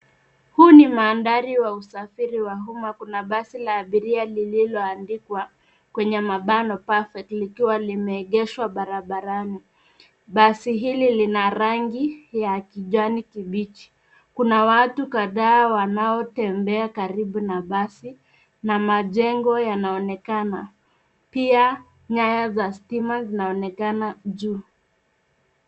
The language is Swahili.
Huu ni mandhari wa usafiri wa umma, kuna basi la abiria lililoandikwa kwenye mabano Perfect likiwa limeegeshwa barabarani. Basi hili lina rangi ya kijani kibichi. Kuna watu kadhaa wanaotembea karibu na basi na majengo yanaonekana. Pia nyaya za stima zinaonekana juu.